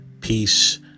peace